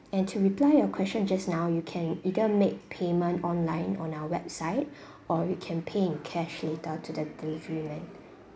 and to reply your question just now you can either make payment online on our website or you can pay in cash later to the delivery man